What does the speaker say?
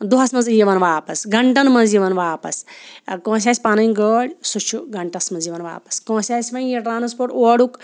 دۄہَس منٛزٕے یِوان واپَس گَںٛٹَن منٛز یِوان واپَس کٲنٛسہِ آسہِ پَنٕنۍ گٲڑۍ سُہ چھُ گَںٛٹَس منٛز یِوان واپَس کٲنٛسہِ آسہِ وۄنۍ یہِ ٹرٛانَسپوٹ اورُک